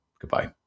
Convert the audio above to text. Goodbye